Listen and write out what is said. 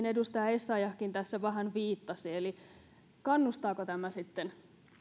edustaja essayahkin tässä vähän viittasi eli se kannustaako tämä sitten